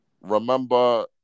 remember